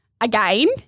again